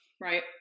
Right